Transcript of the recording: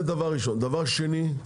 שנית,